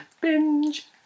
Binge